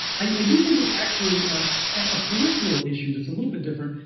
i do think there's actually a peripheral issue that's a little bit different,